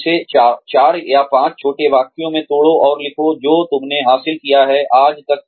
इसे 4 या 5 छोटे वाक्य में तोड़ो और लिखो जो तुमने हासिल किया है आज तक